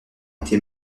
été